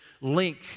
link